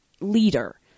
leader